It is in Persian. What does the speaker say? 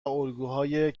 الگوهای